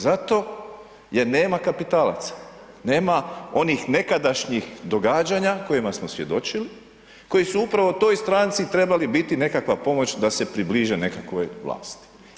Zato jer nema kapitalaca, nema onih nekadašnjih događanja kojima smo svjedočili koji su upravo toj stranci trebali biti nekakva pomoć da se približe nekakvoj vlasti.